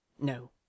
no